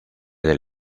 del